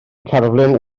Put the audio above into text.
cerflun